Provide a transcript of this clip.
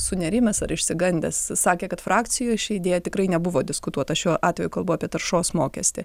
sunerimęs ar išsigandęs sakė kad frakcijoj ši idėja tikrai nebuvo diskutuota šiuo atveju kalbu apie taršos mokestį